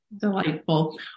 Delightful